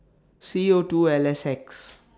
C O two L S X